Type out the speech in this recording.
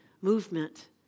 movement